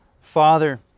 Father